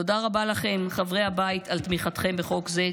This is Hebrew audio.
תודה רבה לכם, חברי הבית, על תמיכתכם בחוק זה.